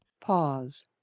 pause